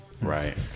right